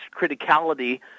criticality